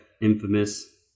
infamous